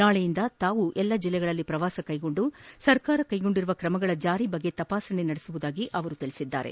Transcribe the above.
ನಾಳೆಯಿಂದ ತಾವು ಎಲ್ಡಾ ಜಿಲ್ಲೆಗಳಲ್ಲಿ ಪ್ರವಾಸ ಕೈಗೊಂಡು ಸರ್ಕಾರ ಕೈಗೊಂಡಿರುವ ಕ್ರಮಗಳ ಜಾರಿಯ ಬಗ್ಗೆ ತಪಾಸಣೆ ಮಾಡುವುದಾಗಿಯೂ ಅವರು ಹೇಳಿದರು